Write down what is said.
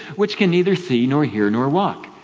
which can neither see nor hear nor walk.